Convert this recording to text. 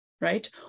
right